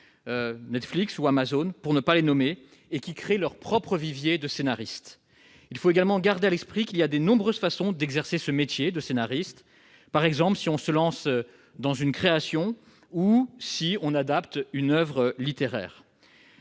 Netflix ou Amazon, pour ne pas les nommer -, qui créent leurs propres viviers de scénaristes. Il faut également garder à l'esprit qu'il existe de nombreuses façons d'exercer ce métier de scénariste, par exemple en se lançant dans une création ou en adaptant une oeuvre littéraire.